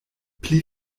pli